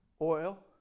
Oil